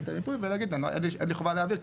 את המיפוי ולהגיד אין לי חובה להעביר,